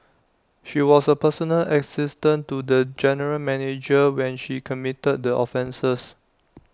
she was A personal assistant to the general manager when she committed the offences